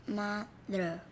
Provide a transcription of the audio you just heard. mother